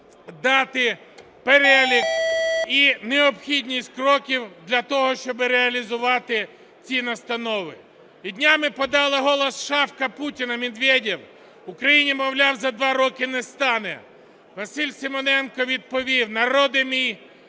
дати, перелік і необхідність кроків для того, щоб реалізувати ці настанови. І днями подала голос "шавка" Путіна Медвєдєв, України, мовляв, за два роки не стане. Василь Симоненко відповів: "Народ мій